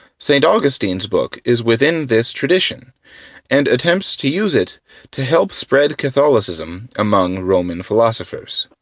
st. augustine's book is within this tradition and attempts to use it to help spread catholicism among roman philosophers.